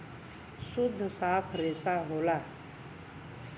सुद्ध साफ रेसा होला